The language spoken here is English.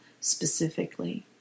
specifically